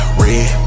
red